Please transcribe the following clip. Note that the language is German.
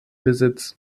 besitz